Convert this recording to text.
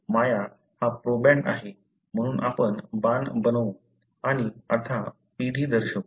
माया हा प्रोबँड आहे म्हणून आपण बाण बनवू आणि आता पिढी दर्शवू